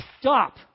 stop